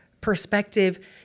perspective